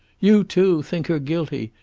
you, too, think her guilty!